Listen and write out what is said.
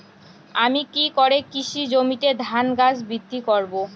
আমি কী করে কৃষি জমিতে ধান গাছ বৃদ্ধি করব?